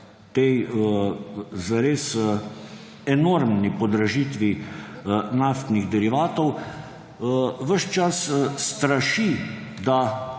tej zares enormni podražitvi naftnih derivatov ves čas straši, da